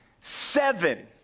seven